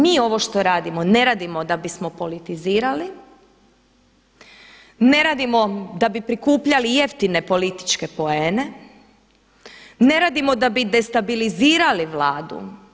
Mi ovo što radimo ne radimo da bismo politizirali, ne radimo da bi prikupljali jeftine političke poene, ne radimo da bi destabilizirali Vladu.